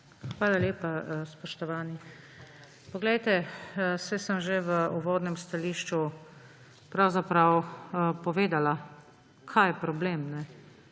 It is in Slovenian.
Hvala lepa, spoštovani. Poglejte, saj sem že v uvodnem stališču pravzaprav povedala, kaj je problem